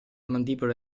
mandibola